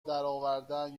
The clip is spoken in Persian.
درآوردن